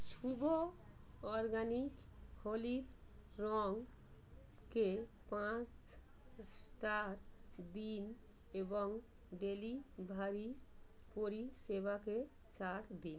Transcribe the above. শুভ organic হোলির রঙ কে পাঁচ স্টার দিন এবং ডেলিভারি পরিষেবাকে চার দিন